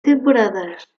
temporadas